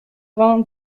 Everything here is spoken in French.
vingt